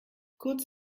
kurz